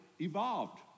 evolved